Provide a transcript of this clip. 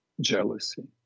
jealousy